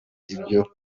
ibyo